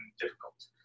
difficult